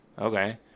okay